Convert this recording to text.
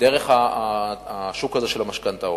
דרך השוק הזה של המשכנתאות,